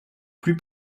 plus